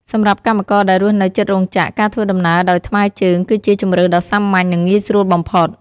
សម្រាប់កម្មករដែលរស់នៅជិតរោងចក្រ ការធ្វើដំណើរដោយថ្មើរជើងគឺជាជម្រើសដ៏សាមញ្ញនិងងាយស្រួលបំផុត។